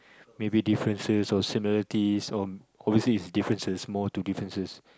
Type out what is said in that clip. maybe differences or similarities ob~ obviously it's differences more to differences